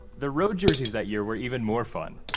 their road jerseys that year were even more fun,